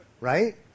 right